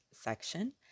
section